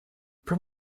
there